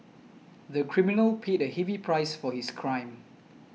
the criminal paid a heavy price for his crime